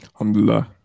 Alhamdulillah